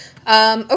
Okay